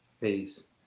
peace